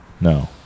no